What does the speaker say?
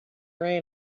rain